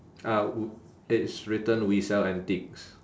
ah w~ it's written we sell antiques